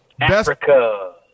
Africa